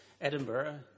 Edinburgh